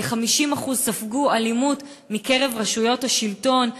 50% ספגו אלימות מקרב רשויות השלטון.